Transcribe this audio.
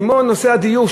כמו נושא הדיור,